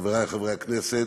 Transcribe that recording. חברי חברי הכנסת,